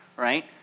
Right